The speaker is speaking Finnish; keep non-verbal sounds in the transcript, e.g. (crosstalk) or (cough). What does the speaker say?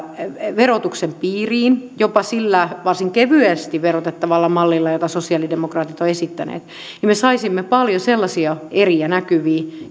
verotuksen piiriin jopa sillä varsin kevyesti verottavalla mallilla jota sosialidemokraatit ovat esittäneet niin me saisimme paljon sellaisia eriä näkyviin (unintelligible)